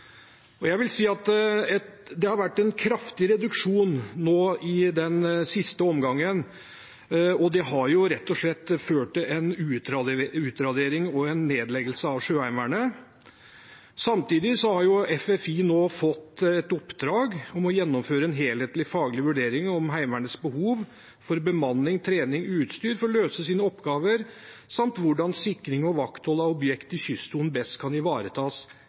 nedprioritert. Jeg vil si at det har vært en kraftig reduksjon nå i den siste omgangen, og det har rett og slett ført til en utradering og en nedleggelse av Sjøheimevernet. Samtidig har FFI nå fått et oppdrag om å gjennomføre en helhetlig faglig vurdering av Heimevernets behov for bemanning, trening og utstyr for å løse sine oppgaver samt hvordan sikring og vakthold av objekter i kystsonen best kan ivaretas